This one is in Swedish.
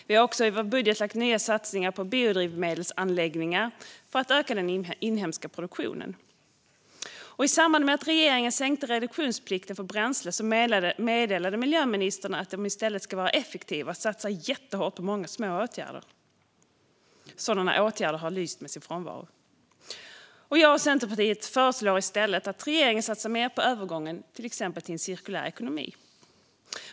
Vi har i vår budget också gjort nya satsningar på biodrivmedelsanläggningar för att öka den inhemska produktionen. I samband med att regeringen sänkte reduktionsplikten för bränsle meddelade miljöministern att man i stället ska vara effektiv och satsa jättehårt på många små åtgärder. Sådana åtgärder har lyst med sin frånvaro. Jag och Centerpartiet föreslår att regeringen i stället satsar mer på övergången till en cirkulär ekonomi.